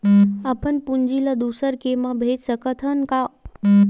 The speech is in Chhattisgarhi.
अपन पूंजी ला दुसर के मा भेज सकत हन का?